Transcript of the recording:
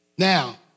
Now